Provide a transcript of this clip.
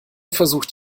versucht